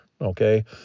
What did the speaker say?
Okay